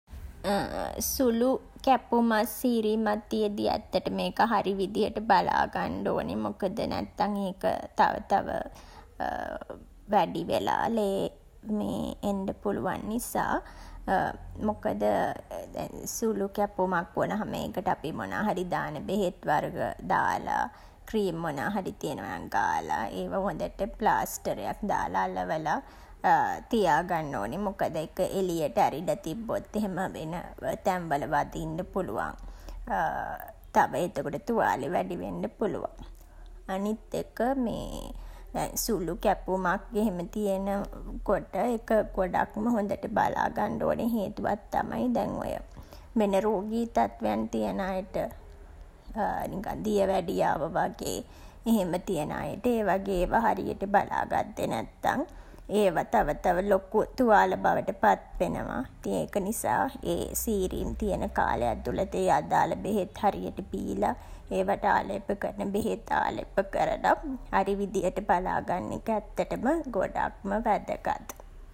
සුළු කැපුමක් සීරීමක් තියෙද්දී ඇත්තටම ඒක හරි විදිහට බලාගන්ඩ ඕනෙ. මොකද නැත්තන් ඒක තව තව වැඩි වෙලා ලේ එන්ඩ පුළුවන් නිසා. මොකද සුළු කැපුමක් වුණහම ඒකට අපි මොනාහරි දාන බෙහෙත් වර්ග දාලා, ක්‍රීම් මොනවහරි තියෙනවා නම් ගාලා ඒවා හොඳට ප්ලාස්ටරයක් දාලා අලවලා තියාගන්න ඕන. මොකද ඒක එළියට ඇරිලා තිබ්බොත් එහෙම වෙන තැන්වල වදින්ඩ පුළුවන්. තව එතකොට තුවාලේ වැඩිවෙන්ඩ පුළුවන්. අනිත් එක මේ දැන් සුළු කැපුමක් එහෙම තියෙන කොට ඒක ගොඩක්ම හොඳට බලාගන්ඩ ඕන හේතුවක් තමයි දැන් ඔය වෙන රෝගී තත්වයන් තියන අයට. නිකන් දියවැඩියාව වගේ එහෙම තියන අයට ඒ වගේ ඒවා හරියට බලා ගත්තේ නැත්තන් ඒවා තව තව ලොකු තුවාල බවට පත් වෙනවා. ඉතින් ඒක නිසා ඒ සීරීම් තියන කාලෙ ඇතුලත ඒ අදාළ බෙහෙත් හරියට බීලා ඒවාට ආලේප කරන බෙහෙත් ආලේප කරලා හරි විදිහට බලාගන්න එක ඇත්තටම ගොඩක්ම වැදගත්.